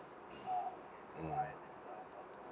mm